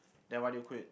then why did you quit